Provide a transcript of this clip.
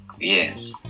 Yes